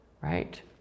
Right